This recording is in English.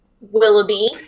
willoughby